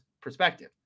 perspective